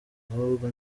ahubwo